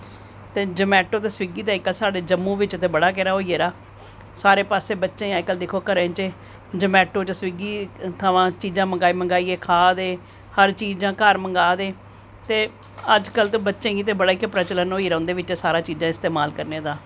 ते जोमैटो ते स्विगी दा साढ़े जम्मू च बड़ा गै होई गेदा ऐ सारे पासै अज्जकल दिक्खो बच्चें घरें च जोमैटो ते स्विगी थमां चीज़ां मंगाइयै खा दे हर चीज़ां घर मंगा दे ते अज्जकल दे बच्चें ई ते बड़ा गै प्रचलन होई गेदा उंदे बिच सारा चीज़ां इस्तेमाल करने दा